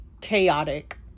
chaotic